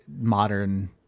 modern